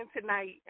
tonight